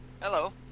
Hello